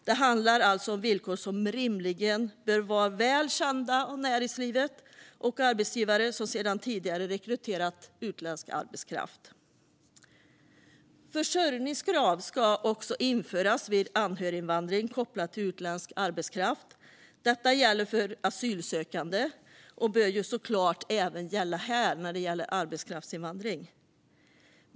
Det handlar alltså om villkor som rimligen bör vara väl kända av näringslivet och arbetsgivare som sedan tidigare rekryterat utländsk arbetskraft. Försörjningskrav ska också införas vid anhöriginvandring kopplat till utländsk arbetskraft. Detta gäller för asylsökande och bör såklart även gälla vid arbetskraftsinvandring.